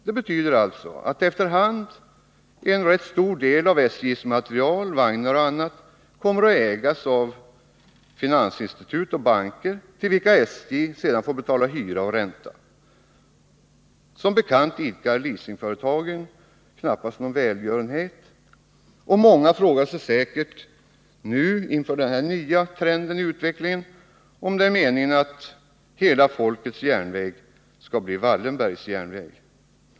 Det betyder alltså att efter hand en rätt stor del av SJ:s materiel — vagnar och annat — kommer att ägas av finansinstitut och banker, till vilka SJ sedan får betala hyra och ränta. Som bekant idkar leasingföretagen knappast någon välgörenhet. Många frågar sig säkert inför den här nya trenden i utvecklingen, om det är meningen att hela folkets järnväg skall bli Wallenbergs järnväg.